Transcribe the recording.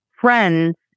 friends